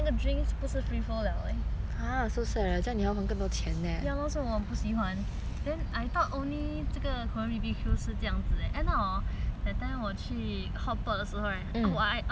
ya loh 所以我很不喜欢 then I thought only 这个 korean B_B_Q 是这样子 end up hor that time 我去 hotpot 的时候 !wah! I 我也是 shock eh 他的那个